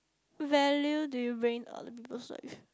value do you bring to other people's life